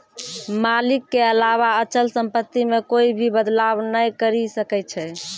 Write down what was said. मालिक के अलावा अचल सम्पत्ति मे कोए भी बदलाव नै करी सकै छै